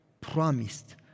promised